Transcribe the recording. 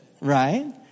Right